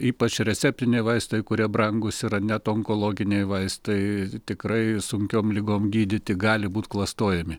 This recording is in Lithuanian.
ypač receptiniai vaistai kurie brangūs yra net onkologiniai vaistai tikrai sunkiom ligom gydyti gali būti klastojami